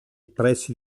pressi